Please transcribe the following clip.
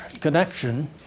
connection